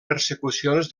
persecucions